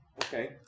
Okay